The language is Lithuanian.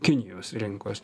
kinijos rinkos